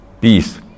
peace